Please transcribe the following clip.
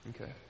Okay